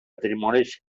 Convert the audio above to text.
matrimonis